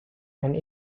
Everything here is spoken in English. and